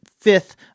fifth